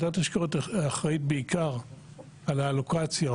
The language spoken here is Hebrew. ועדת ההשקעות אחראית בעיקר על האלוקציה,